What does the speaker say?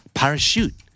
parachute